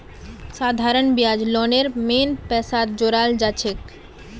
साधारण ब्याज लोनेर मेन पैसात जोड़ाल जाछेक